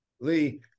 Lee